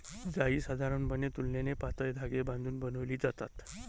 जाळी साधारणपणे तुलनेने पातळ धागे बांधून बनवली जातात